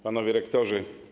Panowie Rektorzy!